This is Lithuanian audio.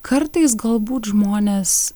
kartais galbūt žmonės